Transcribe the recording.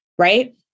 right